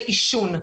עישון.